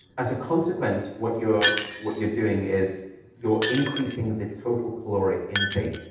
as a consequence, what you're what you're doing is you're increasing the total caloric intake,